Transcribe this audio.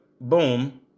boom